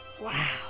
Wow